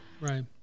Right